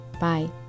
Bye